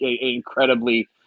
Incredibly